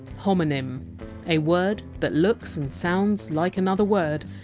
homonym a word that looks and sounds like another word,